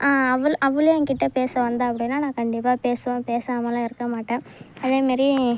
அவளும் அவளும் என்கிட்ட பேச வந்தால் அப்படின்னா நான் கண்டிப்பாக பேசுவேன் பேசாமலாம் இருக்க மாட்டேன் அதே மாரி